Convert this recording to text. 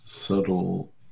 subtle